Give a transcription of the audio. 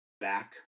back